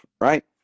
right